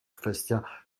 kwestia